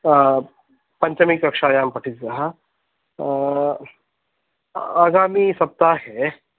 पञ्चमी कक्षायां पठितः आगामीसप्ताहे